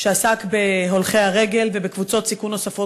שעסק בהולכי הרגל ובקבוצות סיכון נוספות,